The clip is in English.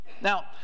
Now